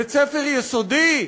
בית-ספר יסודי,